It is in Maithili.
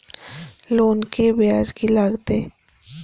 लोन के ब्याज की लागते?